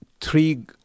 three